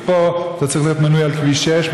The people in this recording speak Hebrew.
ופה אתה צריך להיות מנוי על כביש 6,